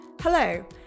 Hello